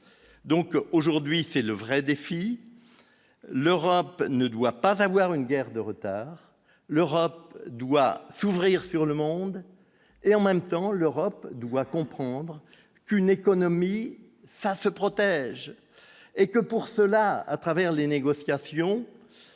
donc aujourd'hui c'est le vrai défi, l'Europe ne doit pas avoir une guerre de retard, l'Europe doit s'ouvrir sur le monde et en même temps, l'Europe doit comprendre qu'une économie ça se protège et que pour cela à travers les négociations